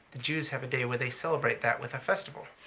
the jews have a day where they celebrate that with a festival.